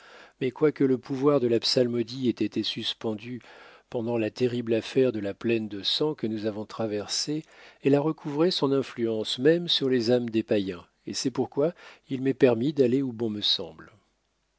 mais quoique le pouvoir de la psalmodie ait été suspendu pendant la terrible affaire de la plaine de sang que nous avons traversée elle a recouvré son influence même sur les âmes des païens et c'est pourquoi il m'est permis d'aller où bon me semble